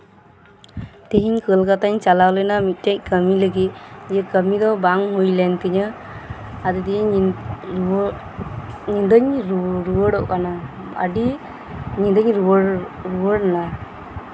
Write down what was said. ᱛᱮᱦᱤᱧ ᱠᱳᱞᱠᱟᱛᱟᱧ ᱪᱟᱞᱟᱣ ᱞᱮᱱᱟ ᱢᱤᱫᱴᱮᱡ ᱠᱟᱹᱢᱤ ᱞᱟᱹᱜᱤᱫ ᱫᱤᱭᱮ ᱠᱟᱹᱢᱤ ᱫᱚ ᱵᱟᱝ ᱦᱩᱭ ᱞᱮᱱ ᱛᱤᱧᱟᱹ ᱟᱨ ᱧᱤᱫᱟᱹᱧ ᱨᱩᱣᱟᱹᱲᱚᱜ ᱠᱟᱱᱟ ᱟᱹᱰᱤ ᱧᱤᱫᱟᱹᱧ ᱨᱩᱣᱟᱹᱲ ᱮᱱᱟ